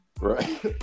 right